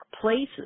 places